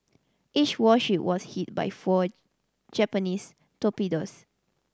each warship was hit by four Japanese torpedoes